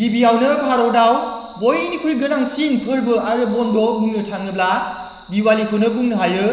गिबियावनो भारताव बयनिख्रुइ गोनांसिन फोरबो आरो बन्द बुंनो थाङोब्ला दिवालिखौनो बुंनो हायो